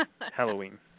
Halloween